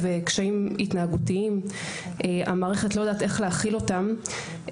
קשיים התנהגותיים המערכת לא יודעת איך להכיל אותם.